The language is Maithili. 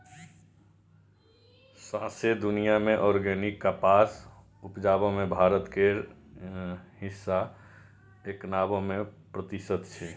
सौंसे दुनियाँ मे आर्गेनिक कपास उपजाबै मे भारत केर हिस्सा एकानबे प्रतिशत छै